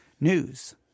News